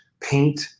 paint